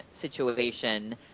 situation